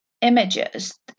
images